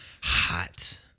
hot